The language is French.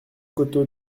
coteau